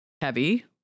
heavy